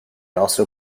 also